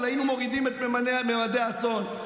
אבל היינו מורידים את ממדי האסון,